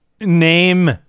name